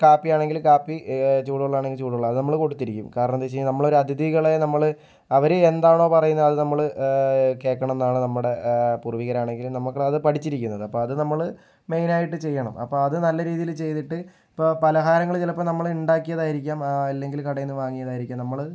കാപ്പി ആണെങ്കിൽ കാപ്പി ചൂട് വെള്ളം ആണെങ്കിൽ ചൂട് വെള്ളം അത് നമ്മൾ കൊടുത്തിരിക്കും കാരണമെന്ന് വെച്ച് കഴിഞ്ഞാൽ നമ്മൾ ഒരു അതിഥികളെ നമ്മള് അവര് എന്താണോ പറയുന്നത് അത് നമ്മള് കേക്കണം എന്നാണ് നമ്മുടെ പൂർവികാരാണെങ്കിലും നമുക്ക് അത് പഠിച്ചിരിക്കുന്നത് അപ്പ അത് നമ്മള് മെയിനായിട്ട് ചെയ്യണം അപ്പം അത് നല്ല രീതിയിൽ ചെയ്തിട്ട് ഇപ്പോൾ പലഹാരങ്ങള് ചിലപ്പോൾ നമ്മള് ഉണ്ടാക്കിയാതായിരിക്കാം അല്ലെങ്കിൽ കടയിൽ നിന്ന് വാങ്ങിയതായിരിക്കാം നമ്മള്